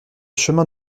chemins